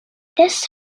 this